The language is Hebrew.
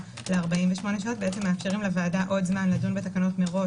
ל-48 שעות מאפשרים לוועדה עוד זמן לדון בתקנות מראש,